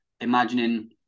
imagining